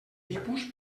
tipus